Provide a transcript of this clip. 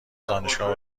دانشگاه